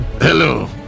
Hello